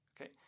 okay